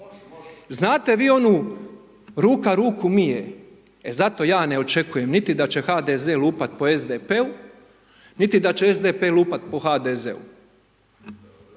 Znate vi onu, ruka ruku mije. E zato ja ne očekujem niti da će HDZ lupati po SDP-u, niti da će SDP lupati po HDZ-u.